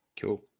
Cool